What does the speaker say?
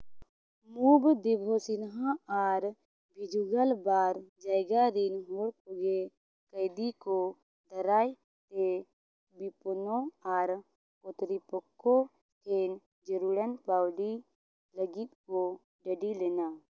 ᱢᱩᱵᱷ ᱫᱮᱵᱤ ᱥᱤᱱᱦᱟ ᱟᱨ ᱵᱷᱤᱡᱩᱜᱟᱞ ᱵᱟᱨ ᱡᱟ ᱜᱟ ᱨᱤᱱ ᱦᱳᱲ ᱠᱚᱜᱮ ᱠᱟᱹᱭᱫᱷᱤ ᱠᱚ ᱫᱟᱨᱟᱭ ᱛᱮ ᱵᱤᱯᱳᱱᱱᱚ ᱟᱨ ᱠᱳᱛᱨᱤᱯᱚᱠᱠᱷᱳ ᱴᱷᱮᱱ ᱡᱟᱹᱨᱩᱲᱟᱱ ᱠᱟᱹᱣᱰᱤ ᱞᱟᱹᱜᱤᱫ ᱠᱚ ᱫᱟᱹᱰᱤ ᱞᱮᱫᱟ